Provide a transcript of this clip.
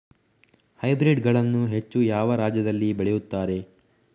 Hybrid ಗಳನ್ನು ಹೆಚ್ಚು ಯಾವ ರಾಜ್ಯದಲ್ಲಿ ಬೆಳೆಯುತ್ತಾರೆ?